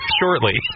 shortly